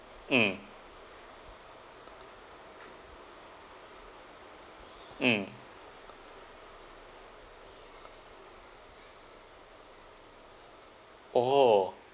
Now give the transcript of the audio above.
mm mm oh